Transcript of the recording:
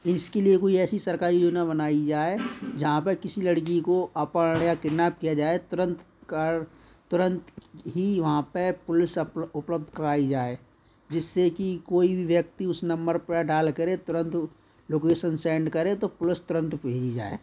इसके लिए कोई ऐसी सरकारी योजना बनाई जाए जहाँ पे किसी लड़की को अपहरण या किडनैप किया जाए तुरंत ही वहाँ पर पुलिस उपलब्ध कराई जाए जिससे कि कोई भी व्यक्ति उस नंबर पर डायल करें तुरंत लोकेशन सेंड करें तो पुलिस तुरंत भेजी जाए